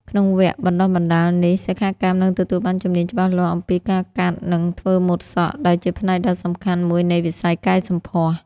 ក្នុងវគ្គបណ្តុះបណ្តាលនេះ សិក្ខាកាមនឹងទទួលបានជំនាញច្បាស់លាស់អំពីការកាត់ និងធ្វើម៉ូដសក់ ដែលជាផ្នែកដ៏សំខាន់មួយនៃវិស័យកែសម្ផស្ស។